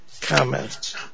comments